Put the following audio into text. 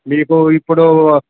మీకు ఇప్పుడూ